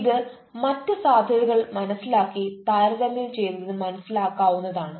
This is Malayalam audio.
ഇത് മറ്റ് സാധ്യതകൾ മനസിലാക്കി താരതമ്യം ചെയ്തത് മനസ്സിലാക്കാവുന്നത് ആണ്